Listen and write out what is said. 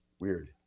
Weird